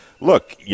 Look